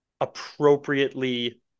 appropriately